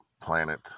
planet